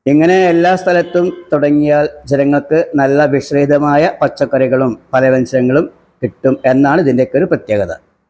ഇങ്ങനെ എല്ലാ സ്ഥലത്തും തുടങ്ങിയാല് ജനങ്ങള്ക്ക് നല്ല വിഷ രഹിതമായ പച്ചക്കറികളും പലവ്യഞ്ജനങ്ങളും കിട്ടും എന്നാണ് ഇതിൻ്റെയൊക്കെ ഒരു പ്രത്യേകത